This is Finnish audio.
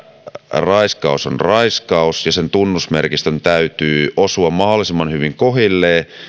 raiskaus on raiskaus ja sen tunnusmerkistön täytyy osua mahdollisimman hyvin kohdilleen